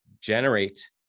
generate